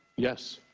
yes.